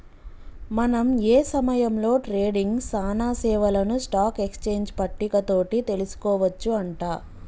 మనం ఏ సమయంలో ట్రేడింగ్ సానా సేవలను స్టాక్ ఎక్స్చేంజ్ పట్టిక తోటి తెలుసుకోవచ్చు అంట